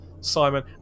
Simon